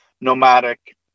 nomadic